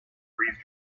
freeze